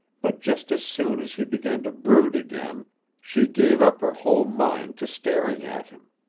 but just as soon as he began to brood again she gave up her whole mind to staring at him.